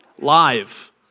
live